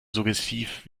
suggestiv